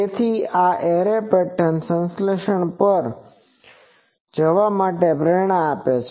તેથી આ array pattern સંશ્લેષણ પર જવા માટે પ્રેરણા આપે છે